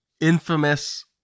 Infamous